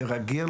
כרגיל,